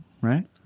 Right